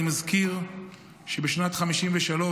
אני מזכיר שבשנת 1953,